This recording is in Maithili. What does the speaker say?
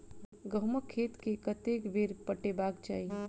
गहुंमक खेत केँ कतेक बेर पटेबाक चाहि?